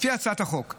לפי הצעת החוק,